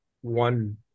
one